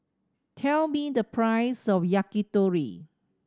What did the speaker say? tell me the price of Yakitori